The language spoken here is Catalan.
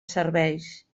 serveis